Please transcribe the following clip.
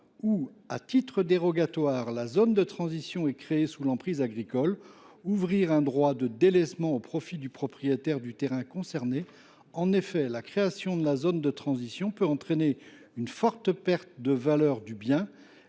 où, à titre dérogatoire, la zone de transition serait créée sur l’emprise agricole, nous suggérons d’ouvrir un droit de délaissement au profit du propriétaire du terrain concerné. En effet, la création de la zone de transition peut entraîner une forte perte de valeur du bien.